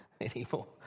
anymore